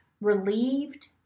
relieved